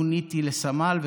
מוניתי לסמל,